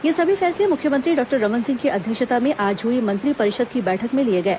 ये सभी फैसले मुख्यमंत्री डॉक्टर रमन सिंह की अध्यक्षता में आज हुई मंत्रिपरिषद की बैठक में लिए गए